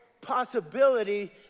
possibility